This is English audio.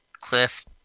Cliff